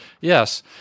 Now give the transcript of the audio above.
Yes